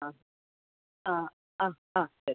ആ ആ ആ ആ ശരി